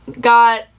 got